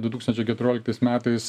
du tūkstančiai keturioliktais metais